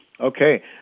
Okay